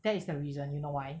that is the reason you know why